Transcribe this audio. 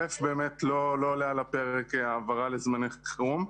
ראשית, באמת לא עולה על הפרק העברה לזמני חירום.